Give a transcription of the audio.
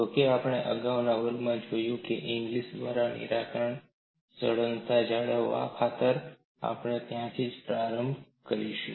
જોકે આપણે અગાઉના વર્ગોમાં જોયું છે ઇંગ્લિસ દ્વારા નિરાકરણ સળંગતા જાળવવા ખાતર આપણે ત્યાંથી જ પ્રારંભ કરીશું